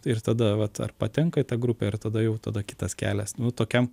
ir tada vat ar patenka į tą grupę ir tada jau tada kitas kelias nuo tokiam